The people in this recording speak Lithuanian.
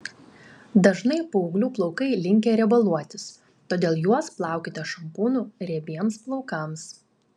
dažnai paauglių plaukai linkę riebaluotis todėl juos plaukite šampūnu riebiems plaukams